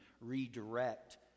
redirect